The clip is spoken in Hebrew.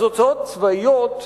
אז הוצאות צבאיות,